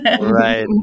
Right